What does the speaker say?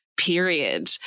period